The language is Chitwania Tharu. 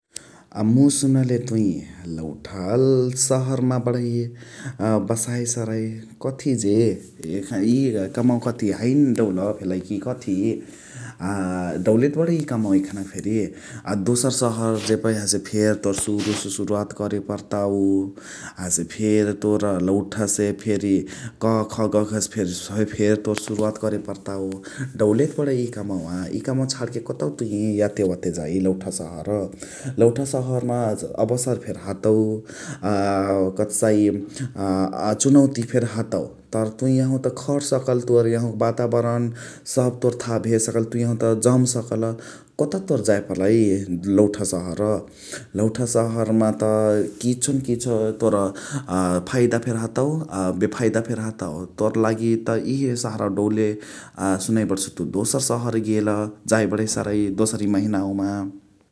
अ मुइ सुनले तुइ लौठा शहर म बणही बसाइ सरइ कथी जे इअ कमायाअ कथी हैने डौल भेलइ कि कथी । अ डौले त बणै इ कमवा एखना फेरी । अ दोसर शहर जेबही हसे फेर तोर सुरु से सुरुवात करे पर्ताउ । हसे फेर तोर लौठासे फेरी क ख ग घ से फेरी तोर सुरुवात कर पर्ताउ डौले त बणै इ कमवा । इ कमवा छणके तुइ कतौ याते ओते जाइ लौठा शहर । लौठा सहरमा अबशर फेरी हतौ अ कथसाइ अ चुनौती फेरी हतौ । तर तुइ एहवा त खट सकल तोर एहवक बाताबरन सब तोर थाहा भेसकल तुइ एहवा त जम सकल कतौ तोर जाए पर्लाई लौठा शहर । लौठा शहरआमाअ त तोर किछो न किछो तोर फाइदा फेरी हतौ अ बेफाइदा फेरी हतौ । तोर लागी त इहे शहरआवा डौले सुनै बणसु तुइ दोसर शहर गेल जाइ बणही साह्रै दोसारी महिनावामा ।